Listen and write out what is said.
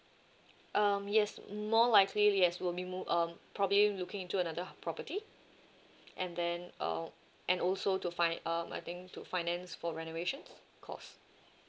um yes more likely yes we'll be mo~ um probably looking into another property and then uh and also to fin~ um I think to finance for renovations cost